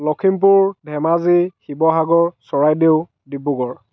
Lakhimpur Dhemaji Sivasagar Charaideo Dibrugarh